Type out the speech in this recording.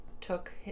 Took